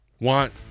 want